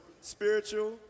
spiritual